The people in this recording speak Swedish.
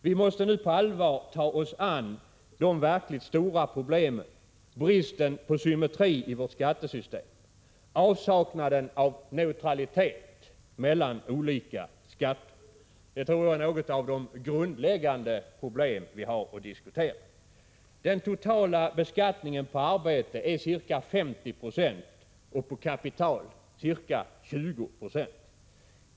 Vi måste nu på allvar ta oss an de verkligt stora problemen, dvs. bristen på symmetri i vårt skattesystem och avsaknaden av neutralitet mellan olika skatter. Det tror jag är några av de grundläggande problem som vi har att diskutera. Den totala beskattningen på arbete är ca 50 76 och på kapital ca 20 96.